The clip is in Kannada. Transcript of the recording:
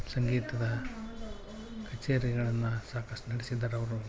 ಸಂಗೀತದ ಕಚೇರಿಗಳನ್ನು ಸಾಕಷ್ಟು ನಡೆಸಿದ್ದಾರೆ ಅವರು